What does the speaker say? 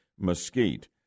mesquite